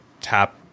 tap